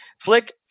Flick